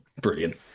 Brilliant